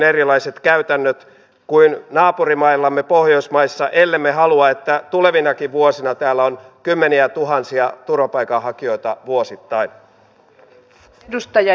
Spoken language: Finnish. alkuun sen haluan muuten sanoa viime kaudesta että kyllä veroja nostettiin mutta ne myös tasoittivat tuloeroja ja nostettiin perusturvaa